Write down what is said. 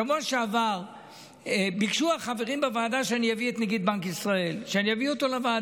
בשבוע שעבר ביקשו החברים בוועדה שאני אביא את נגיד בנק ישראל לוועדה,